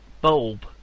Bulb